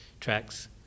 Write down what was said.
tracks